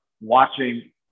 watching